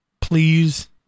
Please